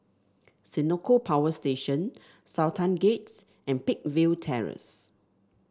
Senoko Power Station Sultan Gate and Peakville Terrace